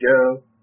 go